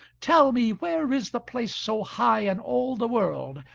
tell me where is the place so high in all the world,